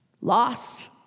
lost